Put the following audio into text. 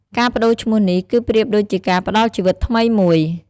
ការប្ដូរឈ្មោះនេះ គឺប្រៀបដូចជាការផ្ដល់ជីវិតថ្មីមួយ។